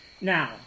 Now